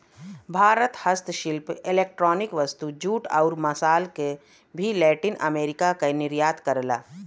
भारत हस्तशिल्प इलेक्ट्रॉनिक वस्तु, जूट, आउर मसाल क भी लैटिन अमेरिका क निर्यात करला